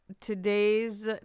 today's